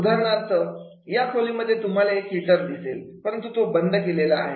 उदाहरणार्थ या खोलीमध्ये तुम्हाला एक हिटर दिसेल परंतु तो बंद केलेला आहे